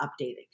updating